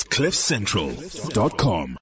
Cliffcentral.com